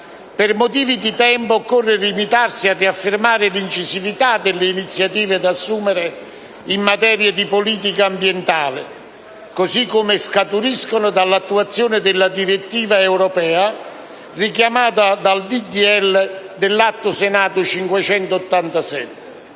Per motivi di tempo occorre limitarsi a riaffermare l'incisività delle iniziative da assumere in materia di politica ambientale, così come scaturiscono dall'attuazione della direttiva n. 75 del 2010 dell'Unione